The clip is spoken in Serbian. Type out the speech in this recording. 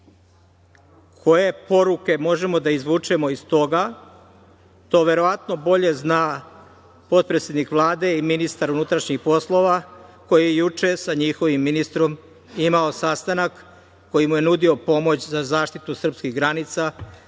poruke možemo da izvučemo iz toga, to verovatno bolje zna potpredsednik Vlade i ministar unutrašnjih poslova koji je juče sa njihovim ministrom imao sastanak, koji mu je nudio pomoć za zaštitu srpskih granica,